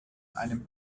einem